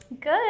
Good